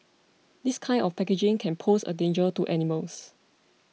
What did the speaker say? this kind of packaging can pose a danger to animals